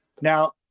now